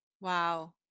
Wow